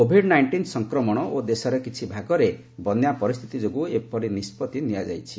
Covid nineteen ସଂକ୍ରମଣ ଓ ଦେଶର କିଛି ଭାଗରେ ବନ୍ୟା ପରିସ୍ଥିତି ଯୋଗୁଁ ଏହି ନିଷ୍ପଭି ନିଆଯାଇଛି